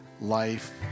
life